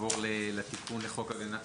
נעבור לסעיף 73, תיקון חוק הגנת